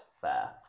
fair